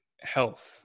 health